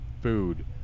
food